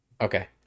Okay